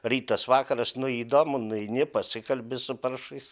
rytas vakaras nu įdomu nueini pasikalbi su paršais